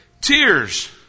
Tears